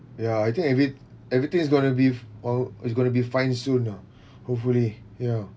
ya I think every~ everything is going to be all it's going to be fined soon ah hopefully ya